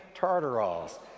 Tartaros